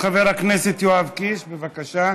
חבר הכנסת יואב קיש, בבקשה.